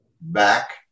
back